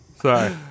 Sorry